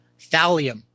thallium